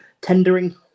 tendering